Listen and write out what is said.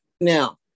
Now